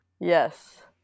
Yes